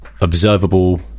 observable